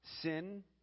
sin